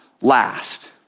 last